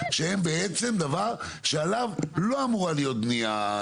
שהם בעצם דבר שעליו לא אמורה להיות בנייה.